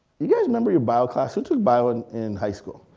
you guys remember your bio class? who took bio and in high school?